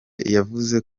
yavuze